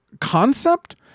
concept